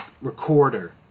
recorder